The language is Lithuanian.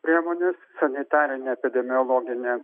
priemonės sanitarinė epidemiologinė